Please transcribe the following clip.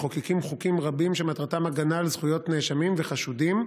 מחוקקים חוקים רבים שמטרתם הגנה על זכויות נאשמים וחשודים,